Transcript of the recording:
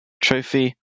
Trophy